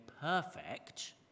perfect